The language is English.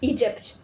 Egypt